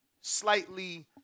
slightly